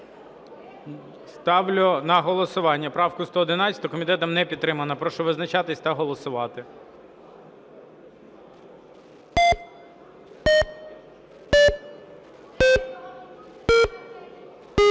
Ставлю на голосування правку 186. Комітет не підтримав. Прошу визначатися та голосувати.